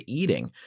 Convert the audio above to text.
eating